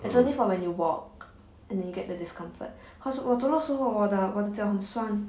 it's only for when you walk and then you get the discomfort because 我走路的时候我的我的脚很酸